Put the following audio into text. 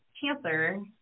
cancer